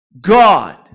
God